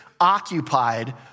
occupied